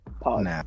pause